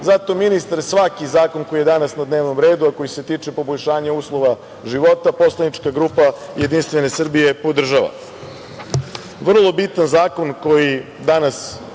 more. Zato ministre, svaki zakon koji je danas na dnevnom redu, a koji se tiče poboljšanja uslova života poslanička grupa JS podržava. Vrlo bitan zakon koji danas